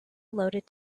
loaded